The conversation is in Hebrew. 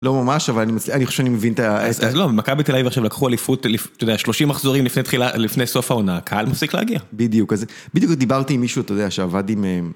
לא ממש, אבל אני חושב שאני מבין את ה... אז לא, מכבי תל אביב ועכשיו לקחו אליפות, אתה יודע, שלושים מחזורים לפני סוף העונה, הקהל מפסיק להגיע. בדיוק, בדיוק דיברתי עם מישהו, אתה יודע, שעבד עם...